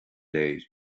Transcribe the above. léir